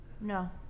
No